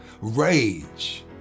Rage